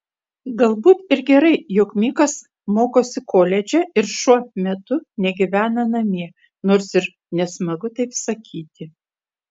galbūt ir gerai jog mikas mokosi koledže ir šuo metu negyvena namie nors ir nesmagu taip sakyti